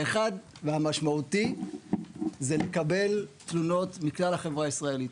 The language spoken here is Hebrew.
האחד והמשמעותי זה לקבל תלונות מכלל החברה הישראלית.